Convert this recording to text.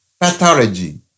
Pathology